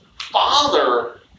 father